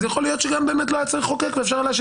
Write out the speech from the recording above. אז יכול להיות שלא היה צריך לחוקק ואפשר להשאיר